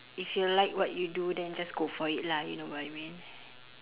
if you like what you do then just go for it lah you know what I mean